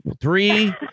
Three